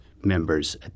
members